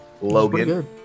Logan